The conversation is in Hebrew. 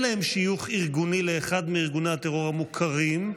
תושבי עזה שאין להם שיוך ארגוני לאחד מארגוני הטרור המוכרים,